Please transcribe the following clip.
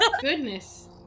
Goodness